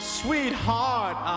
sweetheart